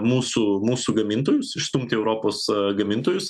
mūsų mūsų gamintojus išstumti europos gamintojus